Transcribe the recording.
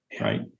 right